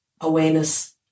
awareness